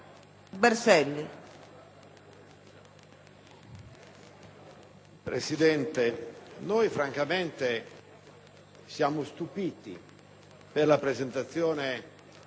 Presidente, francamente siamo stupiti dalla presentazione